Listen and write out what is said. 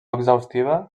exhaustiva